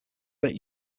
let